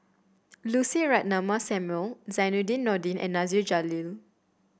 Lucy Ratnammah Samuel Zainudin Nordin and Nasir Jalil